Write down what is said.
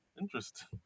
Interesting